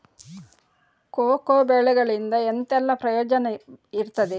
Cocoa ಬೆಳೆಗಳಿಂದ ಎಂತೆಲ್ಲ ಪ್ರಯೋಜನ ಇರ್ತದೆ?